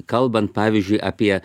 kalbant pavyzdžiui apie